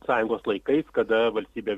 sąjungos laikais kada valstybė